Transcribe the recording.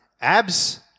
Abs